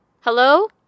Hello